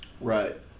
Right